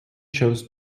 chose